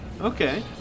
Okay